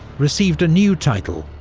received a new title,